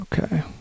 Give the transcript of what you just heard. okay